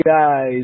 guys